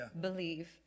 believe